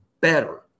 better